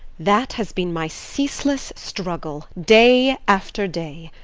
that has been my ceaseless struggle, day after day.